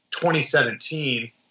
2017